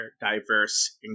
diverse